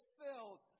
filled